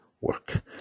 work